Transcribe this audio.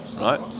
right